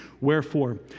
Wherefore